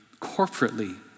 corporately